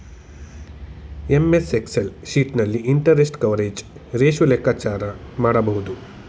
MS Excel sheet ನಲ್ಲಿ interest coverage ratio ಲೆಕ್ಕಾಚಾರ ಮಾಡಬಹುದು